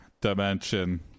dimension